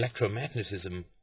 electromagnetism